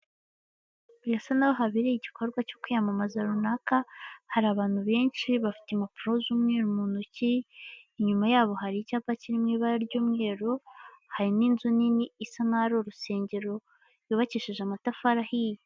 Birasa n'aho habereye igikorwa cyo kwiyamamaza runaka, hari abantu benshi bafite impapuro z'umweru mu ntoki, inyuma yabo hari icyapa kiri mu ibara ry'umweru, hari n'inzu nini isa nk'aho ari urusengero yubakishije amatafari ahiye.